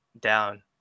down